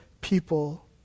people